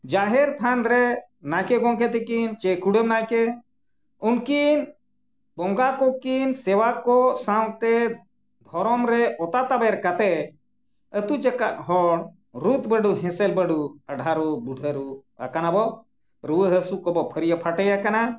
ᱡᱟᱦᱮᱨ ᱛᱷᱟᱱ ᱨᱮ ᱱᱟᱭᱠᱮ ᱜᱚᱢᱠᱮ ᱛᱤᱠᱤᱱ ᱥᱮ ᱠᱩᱰᱟᱹᱢ ᱱᱟᱭᱠᱮ ᱩᱱᱠᱤᱱ ᱵᱚᱸᱜᱟ ᱠᱚᱠᱤᱱ ᱥᱮᱵᱟ ᱠᱚ ᱥᱟᱶᱛᱮ ᱫᱷᱚᱨᱚᱢ ᱨᱮ ᱚᱛᱟ ᱛᱟᱵᱮᱨ ᱠᱟᱛᱮᱫ ᱟᱛᱳ ᱡᱟᱠᱟᱛ ᱦᱚᱲ ᱨᱩᱛ ᱵᱟᱹᱰᱩ ᱦᱮᱸᱥᱮᱞ ᱵᱟᱹᱰᱩ ᱟᱰᱷᱟ ᱨᱩ ᱵᱩᱰᱷᱟᱹᱨᱩ ᱟᱠᱟᱱᱟ ᱵᱚ ᱨᱩᱣᱟᱹ ᱦᱟᱹᱥᱩ ᱠᱚᱵᱚ ᱯᱷᱟᱹᱨᱭᱟᱹ ᱯᱷᱟᱴᱮᱭᱟᱠᱟᱱᱟ